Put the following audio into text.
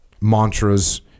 mantras